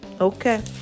Okay